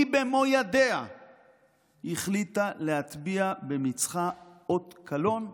במו ידיה החליטה להטביע במצחה אות קלון,